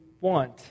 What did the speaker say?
want